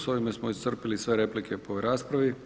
S ovime smo iscrpili sve replike po ovoj raspravi.